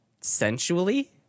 sensually